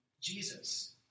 Jesus